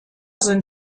sind